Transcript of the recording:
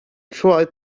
tried